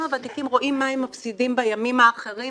הוותיקים רואים מה הם מפסידים בימים האחרים